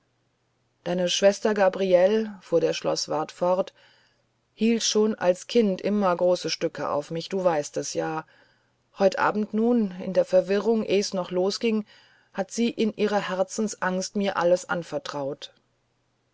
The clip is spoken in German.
deine schwester gabriele fuhr der schloßwart fort hielt schon als kind immer große stücke auf mich du weißt es ja heut abend nun in der verwirrung eh's noch losging hat sie in ihrer herzensangst mir alles anvertraut